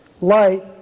Light